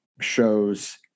shows